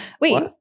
Wait